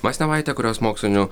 masnevaitė kurios mokslinių